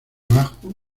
bajo